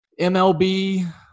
MLB